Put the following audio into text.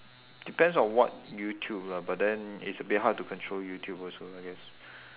depends on what youtube lah but then it's a bit hard to control youtube also I guess